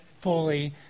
fully